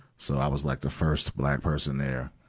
so i was like the first black person there,